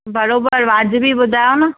बराबर वाजिबी ॿुधायो न